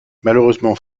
malheureusement